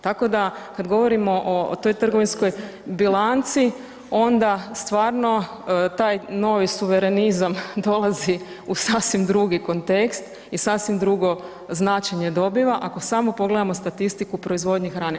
Tako da kad govorimo o toj trgovinskoj bilanci onda stvarno taj novi suverenizam dolazi u sasvim drugi kontekst i sasvim drugo značenje dobiva ako samo pogledamo statistiku proizvodnje hrane.